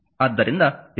ಆದ್ದರಿಂದ 2